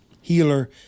healer